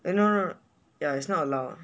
no no no ya is not allowed